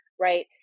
right